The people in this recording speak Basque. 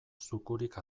zukurik